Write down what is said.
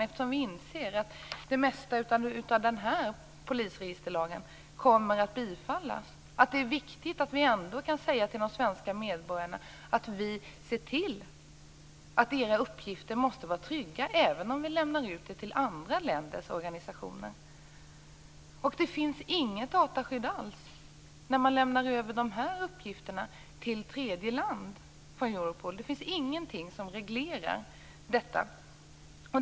Eftersom vi inser att det mesta av denna polisregisterlagen kommer att bifallas, är det viktigt att vi ändå kan säga till de svenska medborgarna att vi ser till att deras uppgifter måste vara trygga även om vi lämnar ut dem till andra länders organisationer. Det finns inget dataskydd alls när man lämnar över dessa uppgifter till tredje land från Europol. Det finns ingenting som reglerar detta.